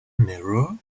mirror